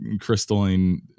crystalline